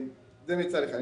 זה מצד אחד.